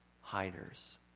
hiders